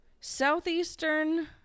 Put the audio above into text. southeastern